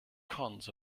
cons